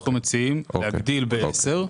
אנחנו מציעים להגדיל בעשר,